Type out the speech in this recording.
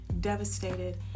devastated